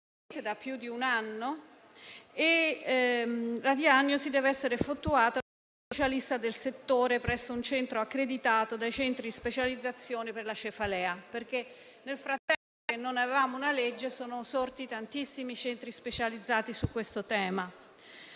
da più di un anno e la diagnosi deve essere effettuata da uno specialista del settore presso un centro accreditato dai centri di specializzazione per la cefalea (nel lasso di tempo in cui ancora non disponevamo di una legge sono infatti sorti moltissimi centri specializzati su questo tema).